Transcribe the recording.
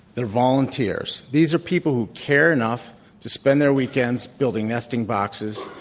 they're volunteers. these are people who care enough to spend their weekends building nesting boxes,